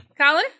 Colin